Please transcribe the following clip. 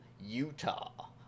Utah